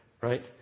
Right